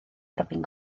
robin